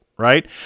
Right